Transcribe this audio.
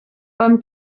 beim